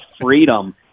freedom